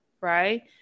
right